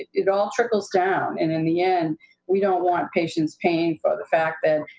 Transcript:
it all trickles down. and in the end we don't want patients paying for the fact that,